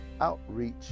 outreach